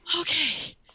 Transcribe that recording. Okay